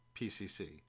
PCC